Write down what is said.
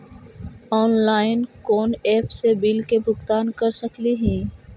Online कोन app से bill के भुगतान कर सकली ही?